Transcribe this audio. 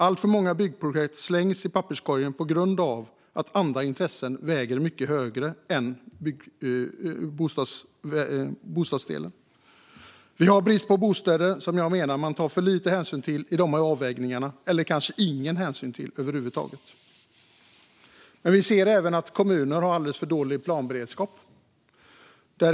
Alltför många byggprojekt slängs i papperskorgen på grund av att andra intressen värderas mycket högre än bostadsdelen. Det råder dock brist på bostäder, vilket jag menar att man tar för lite hänsyn till i dessa avvägningar - eller kanske ingen hänsyn till över huvud taget. Vi ser även att kommuner har alldeles för dålig planberedskap.